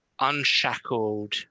unshackled